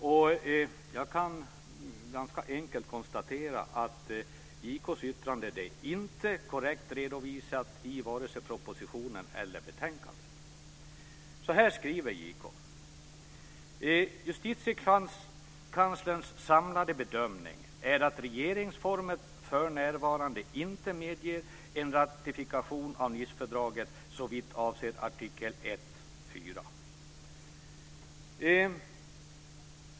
Och jag kan ganska enkelt konstatera att JK:s yttrande inte är korrekt redovisat i vare sig propositionen eller i betänkandet. Så här skriver JK: "Justitiekanslerns samlade bedömning är att regeringsformen för närvarande inte medger en ratifikation av Nicefördraget såvitt avser artikel 1.4."